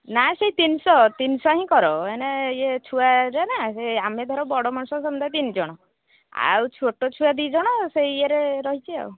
ନା ସେଇ ତିନିଶହ ତିନିଶହ ହିଁ କର ଏନେ ଇଏ ଛୁଆର ନା ସେ ଆମେ ଧର ବଡ଼ ମଣିଷ ସମୁଦାୟ ତିନି ଜଣ ଆଉ ଛୋଟ ଛୁଆ ଦୁଇ ଜଣ ସେଇ ଇଏରେ ରହିଛି ଆଉ